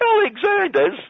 alexander's